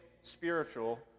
spiritual